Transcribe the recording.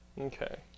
Okay